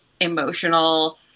emotional